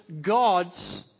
gods